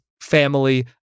family